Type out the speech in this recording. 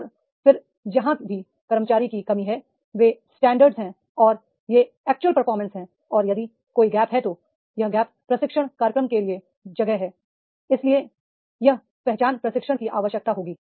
और फिर जहां भी कर्मचारी की कमी है ये स्टैंडर्ड्स हैं और यह एक्चुअल परफॉर्मेंस है और यदि कोई गैप है तो यह गैप प्रशिक्षण कार्यक्रमों के लिए जगह है इसलिए यह पहचान प्रशिक्षण की आवश्यकता होगी